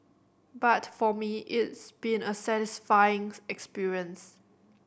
but for me it's been a satisfying experience